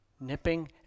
nipping